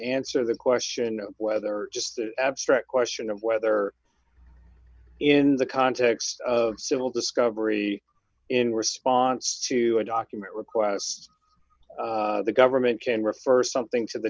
answer the question of whether just the abstract question of whether in the context of civil discovery in response to a document requests the government can refer something to the